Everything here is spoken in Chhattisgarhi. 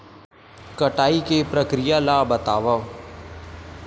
कटाई के प्रक्रिया ला बतावव?